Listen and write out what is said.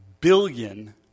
billion